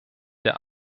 der